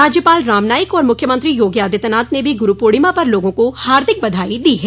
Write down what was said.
राज्यपाल राम नाईक और मुख्यमंत्री योगी आदित्यनाथ ने भी गुरू पूर्णिमा पर लोगों को हार्दिक बधाई दी है